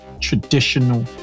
traditional